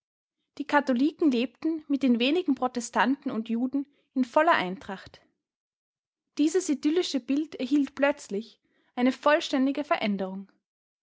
die katholiken lebten mit den wenigen protestanten und juden in voller eintracht dieses idyllische bild erhielt plötzlich eine vollständige veränderung